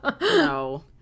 No